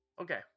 okay